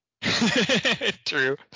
True